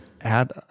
Add